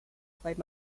played